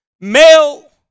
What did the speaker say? male